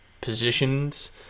positions